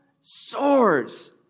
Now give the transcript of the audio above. soars